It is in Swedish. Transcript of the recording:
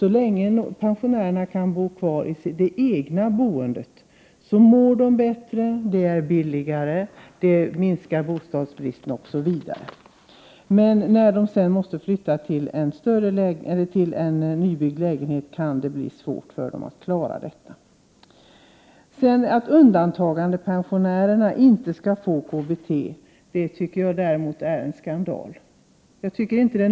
Så länge en pensionär kan ha eget boende mår han eller hon bättre. Det är dessutom billigare för samhället. Bostadsbristen blir inte så stor osv. Men när pensionären sedan måste flytta till en nybyggd lägenhet kan det bli svårt att klara kostnaderna. Att undantagandepensionärerna inte skall få KBT tycker jag är en skandal.